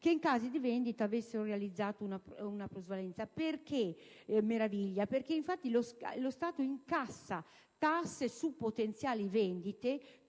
che in caso di vendita avessero realizzato una plusvalenza. Meraviglia perché lo Stato incassa tasse su potenziali vendite,